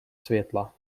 světla